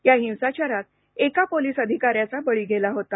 या हिंसाचारात एका पोलिस अधिकाऱ्याचा बळी गेला होता